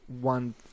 one